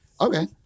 Okay